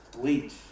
bleach